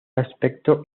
aspecto